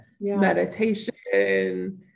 meditation